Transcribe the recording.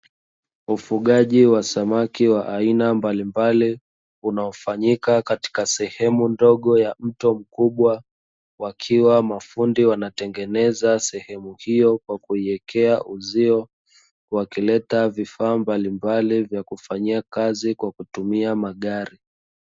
Ufugaji wa samaki wa aina mbalimbali unaofanyika katika sehemu ndogo ya mto mkubwa, wakiwa mafundi wanatengeneza sehemu hiyo kwa kuiwekea uzio , wakileta vifaa mbalimbali vya kufanyia kazi kwa kutumia magari.